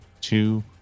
two